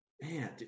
Man